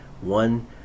one